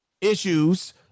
issues